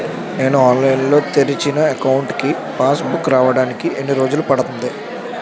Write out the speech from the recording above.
నేను ఆన్లైన్ లో తెరిచిన అకౌంట్ కి పాస్ బుక్ రావడానికి ఎన్ని రోజులు పడుతుంది?